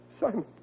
Simon